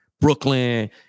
Brooklyn